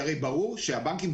הרי ברור שהבנקים,